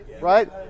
right